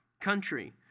country